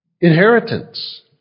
inheritance